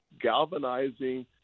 galvanizing